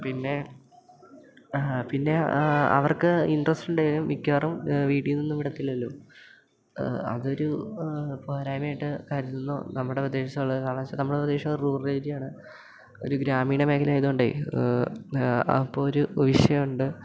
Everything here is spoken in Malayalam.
പിന്നെ പിന്നെ അവർക്ക് ഇൻ്ററസ്റ്റ് ഉണ്ടെങ്കിലും മിക്കവാറും വീട്ടീൽ നിന്നും വിടത്തില്ലല്ലോ അതൊരു പോരായ്മയായിട്ട് കരുതുന്നു നമ്മുടെ പ്രദേശത്തുള്ള കാരണം എന്നു വെച്ചാൽ നമ്മുടെ പ്രദേശം റൂറൽ ഏരിയയാണ് ഒരു ഗ്രാമീണ മേഖല ആയതുകൊണ്ട് അപ്പോഴൊരു വിഷയമുണ്ട്